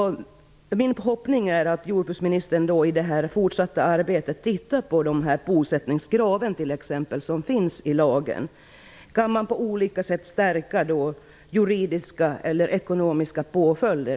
Min förhoppning är att jordbruksministern i det fortsatta arbetet tittar på t.ex. bosättningskraven som finns i lagen. Kan man på olika sätt inom lagstiftningen stärka juridiska eller ekonomiska påföljder?